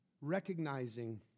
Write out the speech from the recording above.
recognizing